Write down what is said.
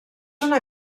una